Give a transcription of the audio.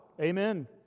Amen